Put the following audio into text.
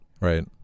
Right